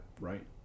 right